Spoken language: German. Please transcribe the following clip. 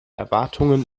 erwartungen